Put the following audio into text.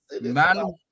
Man